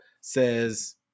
says